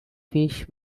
fish